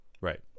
right